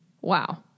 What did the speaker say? Wow